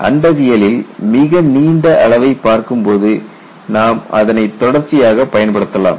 அண்டவியலில் மிக நீண்ட அளவைப் பார்க்கும்போது நாம் அதனை தொடர்ச்சியாகப் பயன்படுத்தலாம்